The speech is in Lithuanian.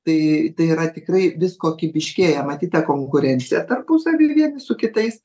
tai tai yra tikrai vis kokybiškėja matyt ta konkurencija tarpusavyje su kitais